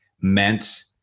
meant